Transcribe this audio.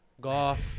golf